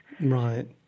Right